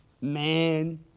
man